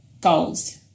goals